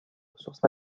ressources